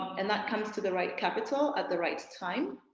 and that comes to the right capital at the right time.